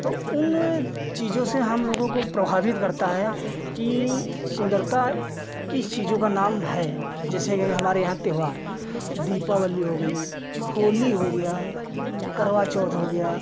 तो उन चीज़ों से हमलोगों को प्रभावित करता है कि सुन्दरता किन चीज़ों का नाम है जैसे के हमारे यहाँ त्योहार दीपावली हो गई होली हो गई करवा चौथ हो गया